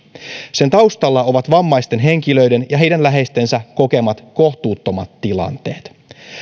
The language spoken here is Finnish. sen taustalla ovat vammaisten henkilöiden ja heidän läheistensä kokemat kohtuuttomat tilanteet